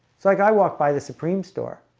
so i guy walk by the supreme store.